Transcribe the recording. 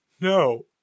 no